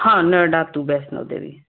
हॅं नहि नोइडा टू बस मे जेबै